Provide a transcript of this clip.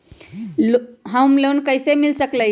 Home loan मिल सकलइ ह?